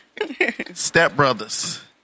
Stepbrothers